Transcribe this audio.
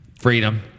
Freedom